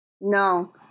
No